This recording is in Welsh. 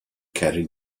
ceri